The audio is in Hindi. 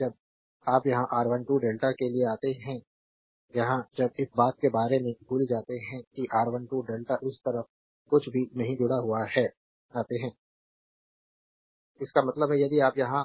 जब आप यहां R12 डेल्टा के लिए आते हैं यहां जब इस बात के बारे में भूल जाते हैं कि R12 डेल्टा इस तरफ कुछ भी नहीं जुड़ा हुआ है आते हैं स्लाइड समय देखें 0500 इसका मतलब है यदि आप यहां